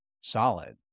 solid